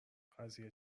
قضیه